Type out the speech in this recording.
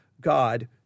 God